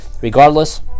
Regardless